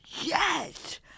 yes